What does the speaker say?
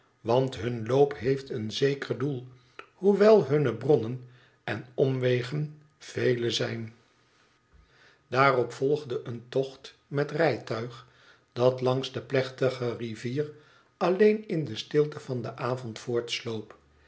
want hun loop heeft een zeker doel hoewel hunne bronnen en omwegen vele zijn daarop volgde een tocht met rijtuig dat langs de plechtige rivier alleen in de stilte van den avond